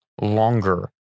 longer